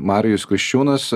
marijus kriščiūnas